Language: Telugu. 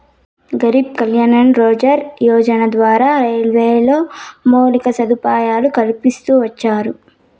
గరీబ్ కళ్యాణ్ రోజ్గార్ యోజన ద్వారా రైల్వేలో మౌలిక సదుపాయాలు కల్పిస్తూ వచ్చారు